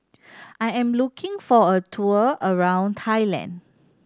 I am looking for a tour around Thailand